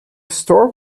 store